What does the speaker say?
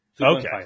Okay